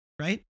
right